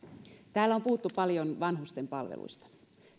täällä on puhuttu paljon vanhusten palveluista